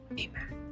Amen